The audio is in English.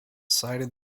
cited